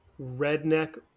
redneck